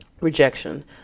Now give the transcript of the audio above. rejection